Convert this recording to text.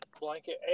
blanket